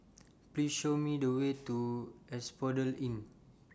Please Show Me The Way to Asphodel Inn